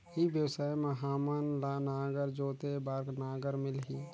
ई व्यवसाय मां हामन ला नागर जोते बार नागर मिलही?